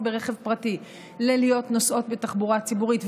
ברכב פרטי להיות נוסעות בתחבורה ציבורית,